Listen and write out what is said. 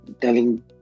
telling